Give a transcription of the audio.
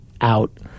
out